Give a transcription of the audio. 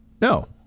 No